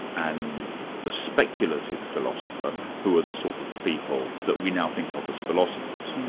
and the speculative philosopher who are the sort of people that we now think of as philosophers?